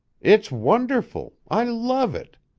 it's wonderful. i love it.